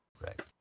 right